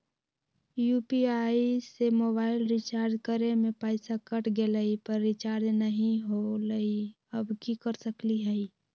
UPI से mobile recharge करे में पैसा कट गेलई, पर रिचार्ज नई होलई, अब की कर सकली हई?